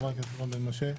חברת הכנסת רון בן משה?